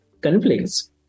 conflicts